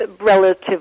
relative